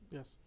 Yes